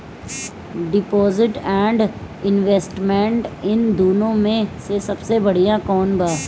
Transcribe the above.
Deposit and investment इन दुनो मे से सबसे बड़िया कौन बा?